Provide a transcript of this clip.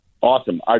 Awesome